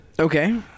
okay